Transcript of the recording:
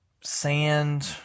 Sand